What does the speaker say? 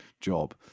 job